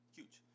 huge